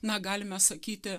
na galime sakyti